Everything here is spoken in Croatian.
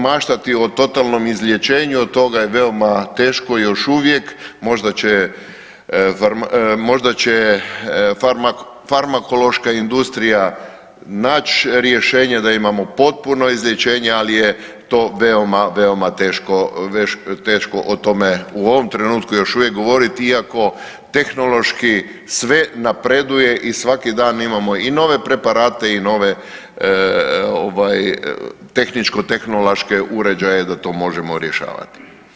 Maštati o totalnom izlječenju od toga je veoma teško još uvijek, možda će farmakološka industrija nać rješenje da imamo potpuno izlječenje, ali je to veoma, veoma teško o tome u ovom trenutku još uvijek govoriti, iako tehnološki sve napreduje i svaki dan imamo i nove preparate i nove tehničko-tehnološke uređaje da to možemo rješavati.